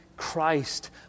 christ